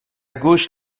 gauche